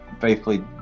faithfully